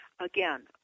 again